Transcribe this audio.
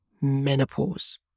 menopause